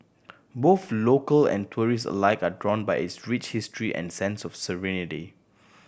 both local and tourist alike are drawn by its rich history and sense of serenity